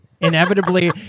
inevitably